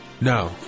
No